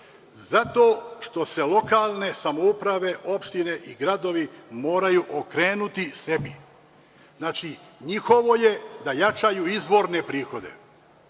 Zato što se lokalne samouprave, opštine i gradovi moraju okrenuti sebi. Znači, njihovo je da jačaju izvorne prihode.